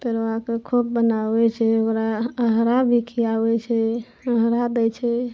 पड़बाके खोप बनाबै छै ओकरा अहरा भी खियाबै छै सिंघड़ा दै छै